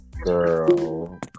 Girl